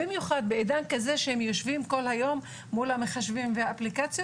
במיוחד בעידן כזה שהם יושבים כל היום מול המחשבים והאפליקציות.